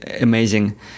amazing